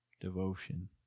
Devotion